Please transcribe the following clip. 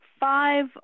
five